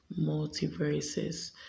multiverses